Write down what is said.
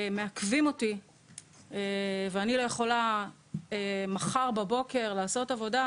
מעכבים אותי ואני לא יכולה מחר בבוקר לעשות עבודה,